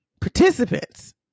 participants